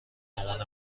مامان